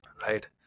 right